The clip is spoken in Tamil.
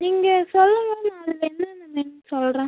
நீங்கள் சொல்லுங்கள் நான் அதில் என்னென்ன நேம் சொல்கிறேன்